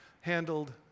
handled